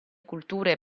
culture